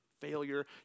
failure